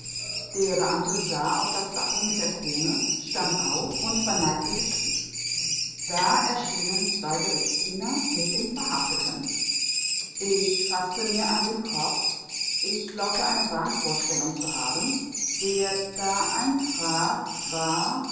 der beamte sah auf das wappen mit der krone stand auf und verneigte sich tief da erschienen zwei gerichtsdiener mit dem verhafteten ich faßte mir an den kopf ich glaubte eine wahnvorstellung zu haben der da eintrat war